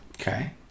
Okay